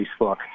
Facebook